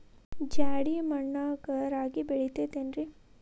ಜೇಡಿ ಮಣ್ಣಾಗ ರಾಗಿ ಬೆಳಿತೈತೇನ್ರಿ?